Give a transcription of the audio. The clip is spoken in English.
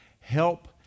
Help